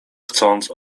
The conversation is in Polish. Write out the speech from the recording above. chcąc